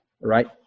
Right